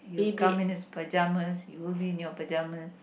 he will come in his pajamas you will be in your pajamas